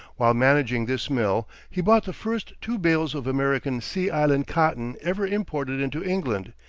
while managing this mill he bought the first two bales of american sea island cotton ever imported into england,